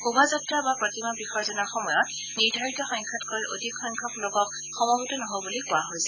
শোভাযাত্ৰা বা প্ৰতিমা বিসৰ্জনৰ সময়ত নিৰ্ধাৰিত সংখ্যাতকৈ অধিক সংখ্যক লোকক সমবেত নহবলৈ কোৱা হৈছে